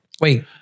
Wait